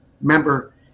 remember